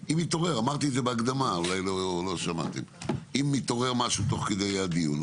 אמרתי בהקדמה ואולי לא שמעתם אם יתעורר משהו תוך כדי הדיון,